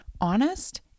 honest